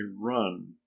run